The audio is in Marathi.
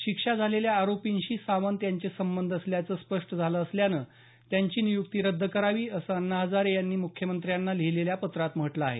शिक्षा झालेल्या आरोपींशी सावंत यांचे संबंध असल्याचं स्पष्ट झालं असल्यानं त्यांची नियुक्ती रद्द करावी असं अण्णा हजारे यांनी मुख्यमंत्र्यांना लिहिलेल्या पत्रात म्हटलं आहे